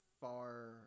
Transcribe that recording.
far